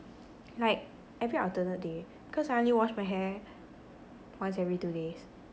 like every alternate day cause I only wash my hair once every two days